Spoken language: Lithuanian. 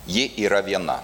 ji yra viena